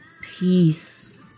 Peace